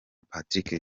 patrick